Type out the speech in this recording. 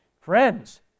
Friends